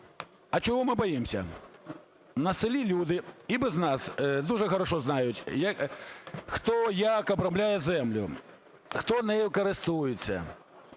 А чого ми боїмось? На селі люди і без нас дуже хорошо знають, хто як обробляє землю, хто нею користується